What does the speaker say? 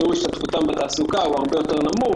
שיעור השתתפותם בתעסוקה הרבה יותר נמוך.